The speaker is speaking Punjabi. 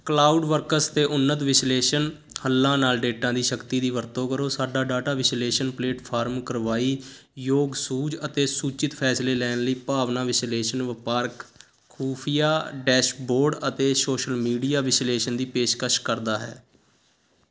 ਕਲਾਉਡਵਰਕਸ ਦੇ ਉੱਨਤ ਵਿਸ਼ਲੇਸ਼ਣ ਹੱਲਾਂ ਨਾਲ ਡੇਟਾ ਦੀ ਸ਼ਕਤੀ ਦੀ ਵਰਤੋਂ ਕਰੋ ਸਾਡਾ ਡਾਟਾ ਵਿਸ਼ਲੇਸ਼ਣ ਪਲੇਟਫਾਰਮ ਕਾਰਵਾਈ ਯੋਗ ਸੂਝ ਅਤੇ ਸੂਚਿਤ ਫੈਸਲੇ ਲੈਣ ਲਈ ਭਾਵਨਾ ਵਿਸ਼ਲੇਸ਼ਣ ਵਪਾਰਕ ਖੂਫੀਆ ਡੈਸ਼ਬੋਰਡ ਅਤੇ ਸੋਸ਼ਲ ਮੀਡੀਆ ਵਿਸ਼ਲੇਸ਼ਣ ਦੀ ਪੇਸ਼ਕਸ਼ ਕਰਦਾ ਹੈ